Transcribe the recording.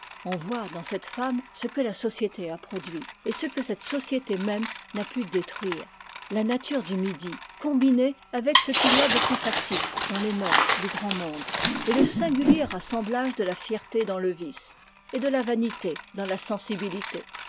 on voit dans cette femme ce que la société a produit et ce que cette société mëmb n'a pu détruire la nature du midi combinée avec ce qu'il y a de plus factice dans les mœurs du grand monde et le singulier assemblage de la fierté dans le vice et de la vanité dans la sensibilité